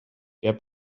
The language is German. der